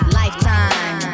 lifetime